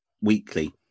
weekly